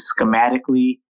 schematically